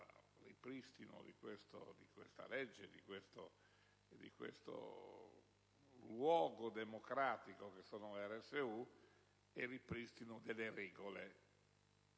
ripristino di questa legge e di questo luogo democratico che sono le RSU e al ripristino delle regole,